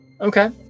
Okay